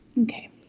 okay